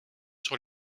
sur